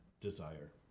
desire